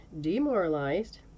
demoralized